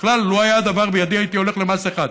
בכלל, לו היה הדבר בידי הייתי הולך למס אחד: